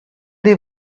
they